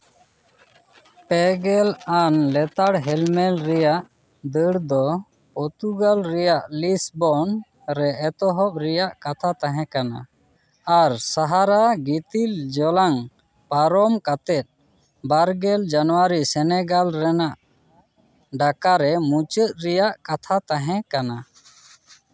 ᱯᱮᱜᱮᱞ ᱟᱱ ᱞᱮᱛᱟᱲ ᱦᱮᱞᱢᱮᱞ ᱨᱮᱭᱟᱜ ᱫᱟᱹᱲ ᱫᱚ ᱯᱳᱨᱛᱩᱜᱟᱞ ᱨᱮᱭᱟᱜ ᱞᱮᱥᱵᱚᱱ ᱨᱮ ᱮᱛᱚᱦᱚᱵ ᱨᱮᱭᱟᱜ ᱠᱟᱛᱷᱟ ᱛᱟᱦᱮᱸ ᱠᱟᱱᱟ ᱟᱨ ᱥᱟᱦᱟᱨᱟ ᱜᱤᱛᱤᱞ ᱡᱚᱞᱟᱝ ᱯᱟᱨᱚᱢ ᱠᱟᱛᱮᱜ ᱵᱟᱨᱜᱮᱞ ᱡᱟᱱᱩᱣᱟᱨᱤ ᱥᱮᱱᱮᱜᱟᱞ ᱨᱮᱱᱟᱜ ᱰᱟᱠᱟᱨᱮ ᱢᱩᱪᱟᱹᱫ ᱨᱮᱭᱟᱜ ᱠᱟᱛᱷᱟ ᱛᱟᱦᱮᱸ ᱠᱟᱱᱟ